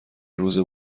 روز